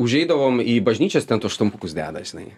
užeidavom į bažnyčias ten tuos štampukus deda žinai